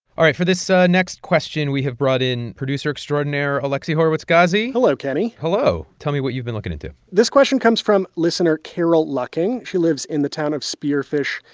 all right. for this ah next question, we have brought in producer extraordinaire alexi horowitz-ghazi hello, kenny hello. tell me what you've been looking into this question comes from listener carol lucking. she lives in the town of spearfish,